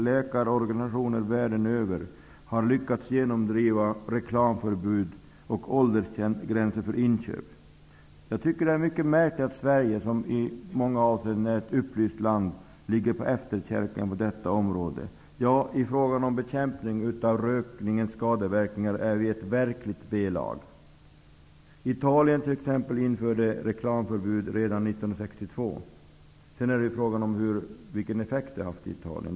Läkarorganisationer världen över har lyckats genomdriva reklamförbud och åldersgränser för inköp. Det är mycket märkligt att Sverige, som i många avseenden är ett upplyst land, har hamnat på efterkälken på detta område. I fråga om bekämpning av rökningens skadeverkningar är Sverige ett verkligt B-lag. T.ex. Italien införde reklamförbud redan 1962. Sedan är det fråga om vilken effekt det har haft i Italien.